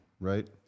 right